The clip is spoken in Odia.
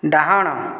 ଡାହାଣ